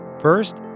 First